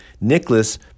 Nicholas